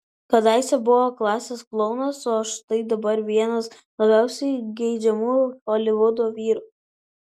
kadaise buvo klasės klounas o štai dabar vienas labiausiai geidžiamų holivudo vyrų